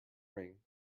ring